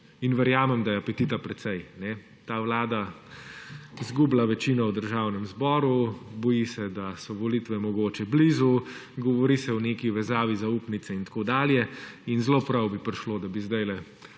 in verjamem, da je apetita precej. Ta Vlada izgublja večino v Državnem zboru, boji se, da so volitve mogoče blizu, govori se o neki vezavi zaupnice in tako dalje in zelo prav bi prišlo, da bi zdaj